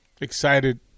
excited